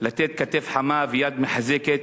לתת כתף חמה ויד מחזקת,